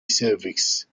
cervix